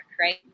right